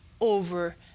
over